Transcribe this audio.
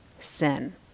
sin